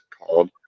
called